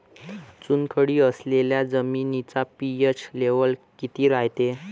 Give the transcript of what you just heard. चुनखडी असलेल्या जमिनीचा पी.एच लेव्हल किती रायते?